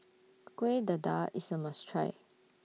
Kueh Dadar IS A must Try